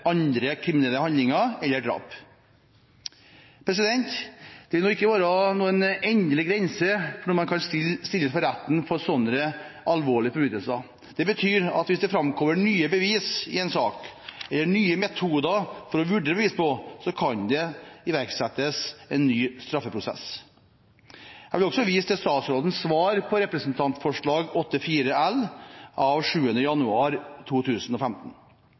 vil nå ikke være noen endelig grense for når man kan stilles for retten for slike alvorlige forbrytelser. Det betyr at hvis det framkommer nye bevis i en sak eller nye metoder for å vurdere bevis på, kan det iverksettes en ny straffeprosess. Jeg vil også vise til statsrådens svar på representantforslaget, Dokument 8:4 L, av 7. januar 2015.